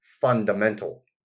fundamental